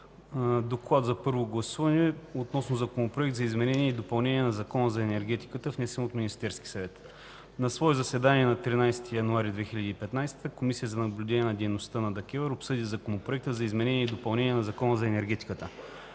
Д за първо гласуване относно Законопроект за изменение и допълнение на Закона за енергетиката, внесен от Министерския съвет на 7 ноември 2014 г. На свое заседание на 13 януари 2015 г. Комисията за наблюдение на дейността на ДКЕВР обсъди Законопроекта за изменение и допълнение на Закона за енергетиката.